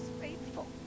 faithful